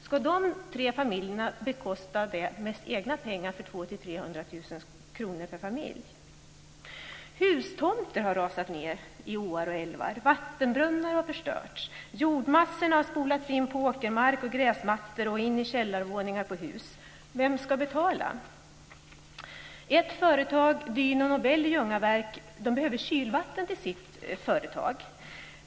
Ska dessa tre familjer bekosta det med egna pengar på ca Hustomter har rasat ned i åar och älvar. Vattenbrunnar har förstörts. Jordmassor har spolats in på åkermark, gräsmattor och in i källarvåningar på hus. Vem ska betala? Ett företag, Dyno Nobel i Ljungaverk, behöver kylvatten till sitt företag.